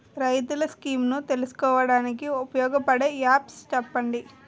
రైతులు స్కీమ్స్ తెలుసుకోవడానికి ఉపయోగపడే యాప్స్ చెప్పండి?